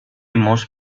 most